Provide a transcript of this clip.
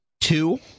two